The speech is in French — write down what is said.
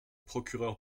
procureur